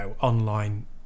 online